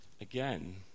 again